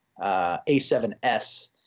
A7S